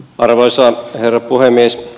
arvoisa herra puhemies